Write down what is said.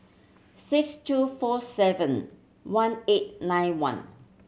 six two four seven one eight nine one